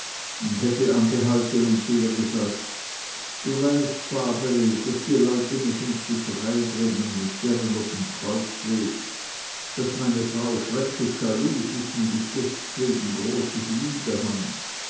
schnyder hätte angehalten und ihr gesagt du weißt babeli daß die leute mich ins geschrei bringen mit dere ob em kreuzweg daß meine frau schrecklich schalus ist und ich dessetwegen es großes